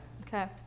Okay